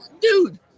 Dude